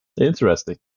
Interesting